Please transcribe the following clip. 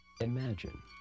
Imagine